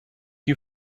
you